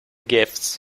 gifts